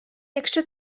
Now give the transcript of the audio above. якщо